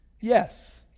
Yes